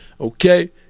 okay